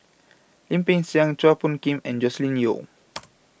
Lim Peng Siang Chua Phung Kim and Joscelin Yeo